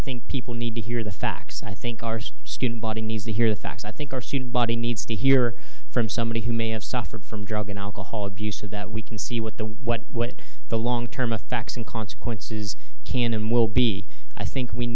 think people need to hear the facts i think our student body needs to hear the facts i think our student body needs to hear from somebody who may have suffered from drug and alcohol abuse of that we can see what the what what the long term effects and consequences can and will be i think we